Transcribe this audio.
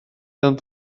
ben